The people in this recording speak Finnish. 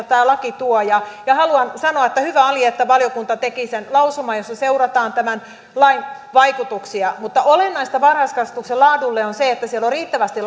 tämä laki tuo ja ja haluan sanoa että hyvä oli että valiokunta teki sen lausuman jossa seurataan tämän lain vaikutuksia olennaista varhaiskasvatuksen laadulle on se että siellä on riittävästi